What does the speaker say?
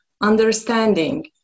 understanding